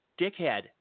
dickhead